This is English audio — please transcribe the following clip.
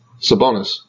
Sabonis